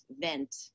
vent